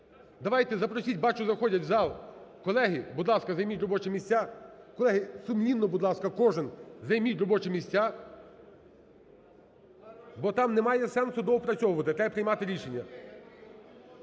Давайте, запросіть, бачу заходять в зал. Колеги, будь ласка, займіть робочі місця. Колеги, сумлінно, будь ласка, кожен займіть робочі місця, бо там немає сенсу доопрацьовувати, треба приймати рішення.